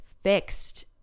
fixed